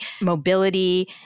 mobility